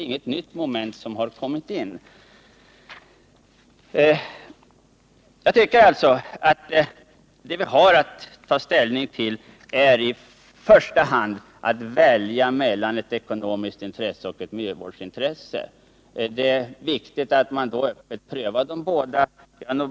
Vi har alltså i första hand att välja mellan ett ekonomiskt intresse och ett Nr 48 miljövårdsintresse. Det är viktigt att man då öppet prövar båda.